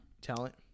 talent